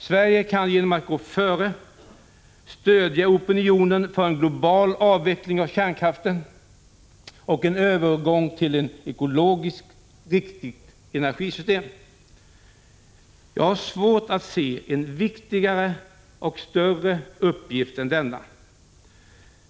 Sverige kan genom att gå före stödja opinionen för en global avveckling av kärnkraften och en övergång till ett ekologiskt riktigt energisystem. Jag har svårt att se en viktigare och större uppgift än denna.